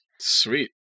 Sweet